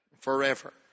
forever